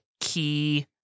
key